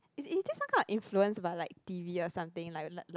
is is di~ some kind of influence by like t_v or something like like like